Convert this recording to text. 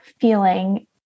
feeling